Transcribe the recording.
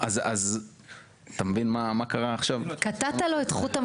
אתם יודעים את זה.